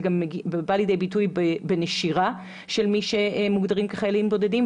זה גם בא לידי ביטוי בנשירה של מי שמוגדרים כחיילים בודדים.